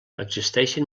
existeixen